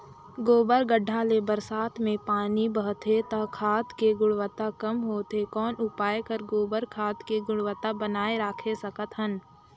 गोबर गढ्ढा ले बरसात मे पानी बहथे त खाद के गुणवत्ता कम होथे कौन उपाय कर गोबर खाद के गुणवत्ता बनाय राखे सकत हन?